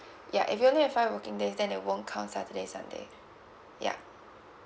ya if you only have five working days then they won't count saturday sunday ya